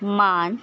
माण